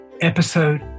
episode